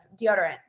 deodorant